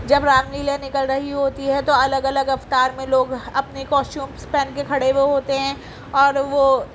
جب رام لیلا نکل رہی ہوتی ہے تو الگ الگ اوتار میں لوگ اپنے کاسٹیومس پہن کے کھڑے ہوئے ہوتے ہیں اور وہ